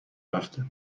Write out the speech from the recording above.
رفته